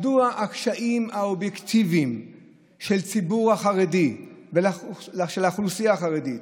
מדוע הקשיים האובייקטיביים של האוכלוסייה החרדית ושל הציבור החרדי,